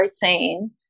protein